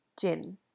gin